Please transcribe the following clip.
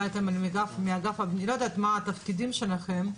אני לא יודעת מה התפקידים שלכם,